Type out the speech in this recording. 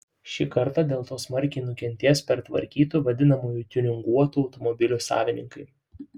šį kartą dėl to smarkiai nukentės pertvarkytų vadinamųjų tiuninguotų automobilių savininkai